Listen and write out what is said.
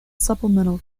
supplemental